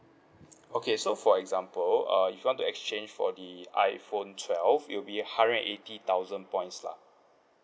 okay so for example uh if you want to exchange for the iphone twelve it will be hundred and eighty thousand points lah